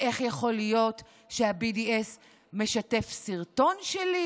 ואיך יכול להיות שה-BDS משתף סרטון שלי,